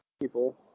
people